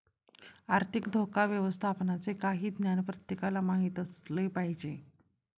आर्थिक धोका व्यवस्थापनाचे काही ज्ञान प्रत्येकाला माहित असले पाहिजे